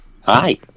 Hi